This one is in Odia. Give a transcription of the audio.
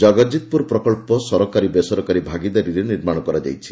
ଜଗଜିତପୁର ପ୍ରକଳ୍ପ ସରକାରୀ ବେସରକାରୀ ଭାଗିଦାରୀରେ ନିର୍ମାଣ କରାଯାଇଛି